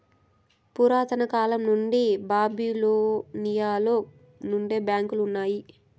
పురాతన కాలం నుండి బాబిలోనియలో నుండే బ్యాంకులు ఉన్నాయి